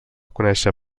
conèixer